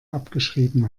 abgeschrieben